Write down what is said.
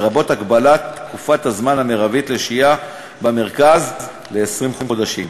לרבות הגבלת תקופת הזמן המרבית לשהייה במרכז ל-20 חודשים.